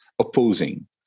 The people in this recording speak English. opposing